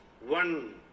one